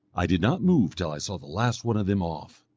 i did not move till i saw the last one of them off.